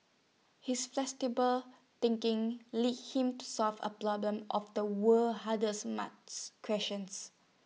his flexible thinking lead him to solve A problem of the world's hardest math questions